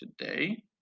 today